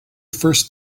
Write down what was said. first